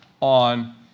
on